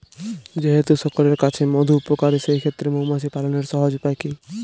যেহেতু সকলের কাছেই মধু উপকারী সেই ক্ষেত্রে মৌমাছি পালনের সহজ উপায় কি?